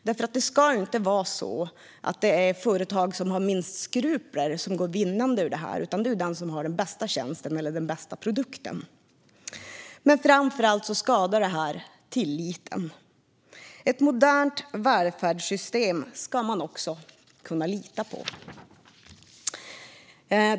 Det ska inte vara så att det är de företag som har minst skrupler som går vinnande ur detta, utan det ska vara de som har den bästa tjänsten eller den bästa produkten. Framför allt skadar detta tilliten. Ett modernt välfärdssystem ska man kunna lita på.